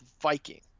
Viking